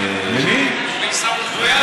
אולי משהו לעיסאווי פריג'?